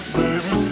baby